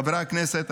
חברי הכנסת,